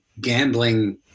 gambling